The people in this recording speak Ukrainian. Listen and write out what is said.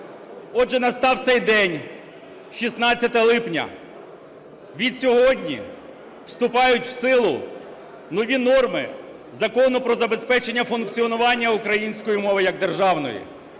отже, настав цей день – 16 липня. Відсьогодні вступають в силу нові норми Закону "Про забезпечення функціонування української мови як державної".